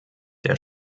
der